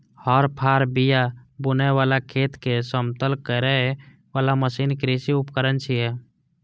हर, फाड़, बिया बुनै बला, खेत कें समतल करै बला मशीन कृषि उपकरण छियै